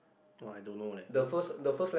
!wah! I don't know leh !woo!